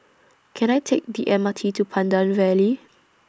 Can I Take The M R T to Pandan Valley